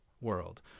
world